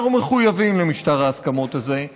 אנחנו מחויבים למשטר ההסכמות הזה,